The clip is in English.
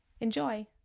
Enjoy